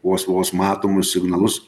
vos vos matomus signalus